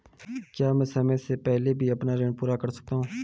क्या मैं समय से पहले भी अपना ऋण पूरा कर सकता हूँ?